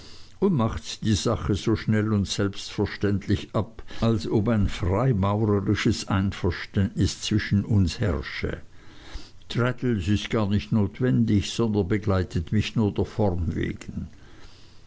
und macht die sache so schnell und selbstverständlich ab als ob ein freimaurerisches einverständnis zwischen uns herrsche traddles ist gar nicht notwendig sondern begleitet mich nur der form wegen